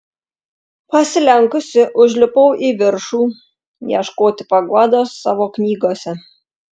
pasilenkusi užlipau į viršų ieškoti paguodos savo knygose